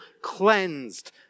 cleansed